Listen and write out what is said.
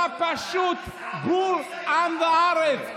אתה פשוט בור ועם הארץ.